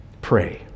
Pray